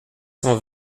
cent